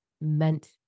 meant